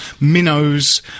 Minnows